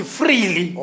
freely